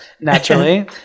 naturally